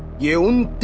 you